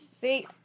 See